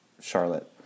Charlotte